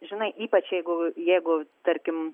žinai ypač jeigu jeigu tarkim